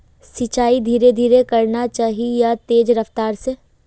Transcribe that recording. सिंचाई धीरे धीरे करना चही या तेज रफ्तार से?